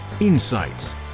insights